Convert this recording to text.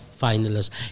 finalists